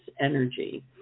energy